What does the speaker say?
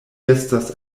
estas